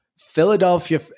Philadelphia